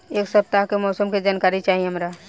एक सपताह के मौसम के जनाकरी चाही हमरा